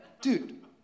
Dude